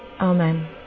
Amen